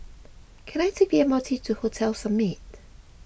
can I take the M R T to Hotel Summit